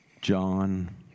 John